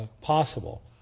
possible